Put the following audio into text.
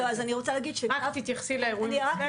את תתייחסי לאירועים שלכם.